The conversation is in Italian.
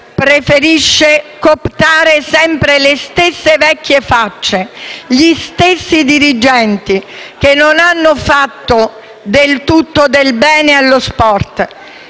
preferisce cooptare sempre le stesse vecchie facce e gli stessi dirigenti, che non hanno del tutto fatto del bene allo sport.